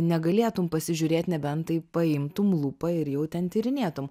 negalėtum pasižiūrėt nebent tai paimtum lūpą ir jau ten tyrinėtum